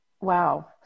wow